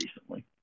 recently